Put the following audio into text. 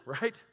right